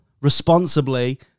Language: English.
responsibly